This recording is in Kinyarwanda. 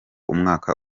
umwaka